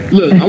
Look